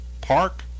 Park